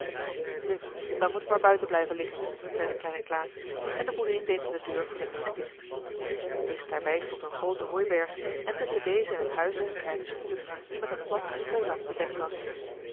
nu dan moet ik maar buiten blijven liggen zei de kleine klaas en de boerin deed hem de deur voor den neus dicht dicht daarbij stond een groote hooiberg en tusschen deze en het huis een kleine schuur die met een plat stroodak bedekt was